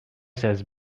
says